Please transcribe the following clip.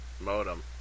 modem